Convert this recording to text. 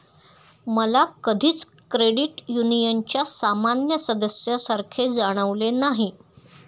मला कधीच क्रेडिट युनियनच्या सामान्य सदस्यासारखे जाणवले नाही